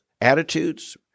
attitudes